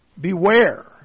Beware